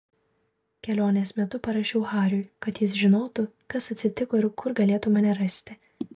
kelionės metu parašiau hariui kad jis žinotų kas atsitiko ir kur galėtų mane rasti